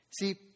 See